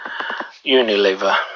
Unilever